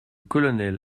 colonel